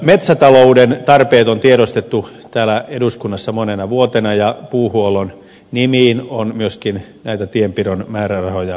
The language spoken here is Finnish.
metsätalouden tarpeet on tiedostettu täällä eduskunnassa monena vuotena ja puuhuollon nimiin on myöskin näitä tienpidon määrärahoja korotettu